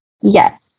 Yes